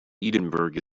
edinburgh